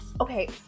Okay